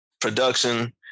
production